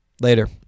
Later